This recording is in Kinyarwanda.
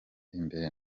imbere